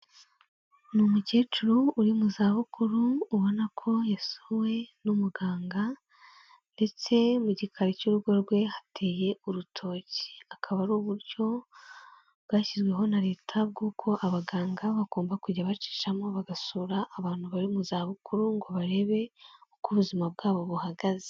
Ni umukecuru uri mu zabukuru ubona ko yasuwe n'umuganga ndetse mu gikari cy'urugo rwe hateye urutoki, akaba ari uburyo bwashyizweho na Leta bw'uko abaganga bagomba kujya bacishamo bagasura abantu bari mu za bukuru ngo barebe uko ubuzima bwabo buhagaze.